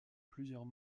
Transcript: plusieurs